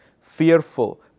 fearful